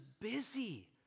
busy